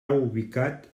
ubicat